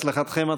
"הצלחתכם,